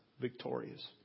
victorious